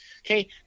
Okay